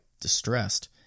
distressed